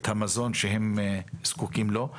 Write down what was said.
את המזון שהם זקוקים לו,